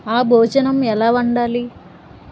ఆ భోజనం ఎలా వండాలి